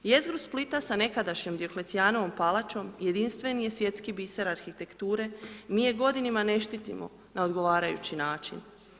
Jezgru Splita s nekadašnjom Dioklecijanovom palačom jedinstveni je svjetski biser arhitekture, mi je godinama ne štitimo na odgovarajući način.